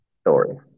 story